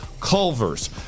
Culver's